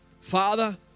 Father